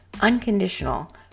unconditional